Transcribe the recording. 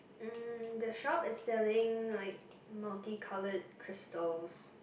mm the shop is selling like multi coloured crystals